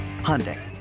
Hyundai